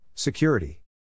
Security